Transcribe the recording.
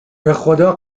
بخدا